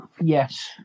Yes